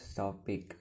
topic